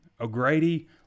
O'Grady